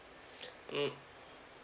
mm